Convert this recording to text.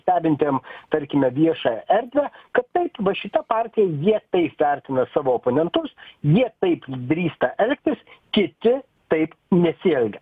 stebintiem tarkime viešąją erdvę kad taip va šita partija jie taip vertina savo oponentus jie taip drįsta elgtis kiti taip nesielgia